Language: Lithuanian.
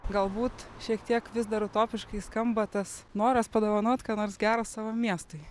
galbūt šiek tiek vis dar utopiškai skamba tas noras padovanot ką nors gero savo miestui